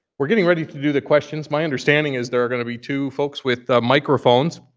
we're getting ready to do the questions. my understanding is there are going to be two folks with microphones.